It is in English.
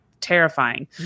terrifying